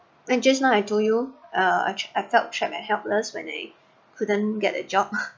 and just now I told you uh actually I felt trapped and helpless when I couldn't get a job